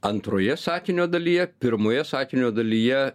antroje sakinio dalyje pirmoje sakinio dalyje